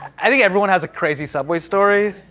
i think everyone has a crazy subway story.